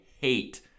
hate